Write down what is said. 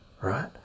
right